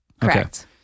Correct